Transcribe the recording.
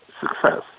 success